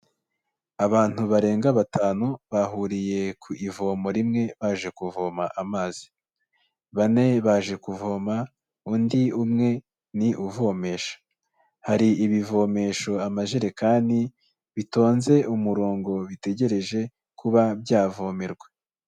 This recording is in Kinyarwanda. Abantu barenga batanu bahuriye ku ivomo rimwe baje kuvoma amazi. Bane baje kuvoma, undi umwe ni uvomesha. Hari ibivomesho amajerekani, bitonze umurongo bitegereje kuba byavomerwa.